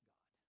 God